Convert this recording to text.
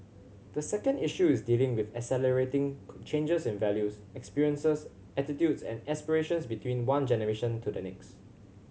the second issue is dealing with accelerating changes in values experiences attitudes and aspirations between one generation to the next